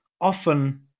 often